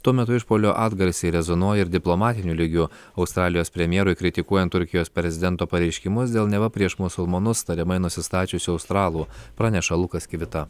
tuo metu išpuolio atgarsiai rezonuoja ir diplomatiniu lygiu australijos premjerui kritikuojant turkijos prezidento pareiškimus dėl neva prieš musulmonus tariamai nusistačiusių australų praneša lukas kivita